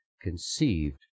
conceived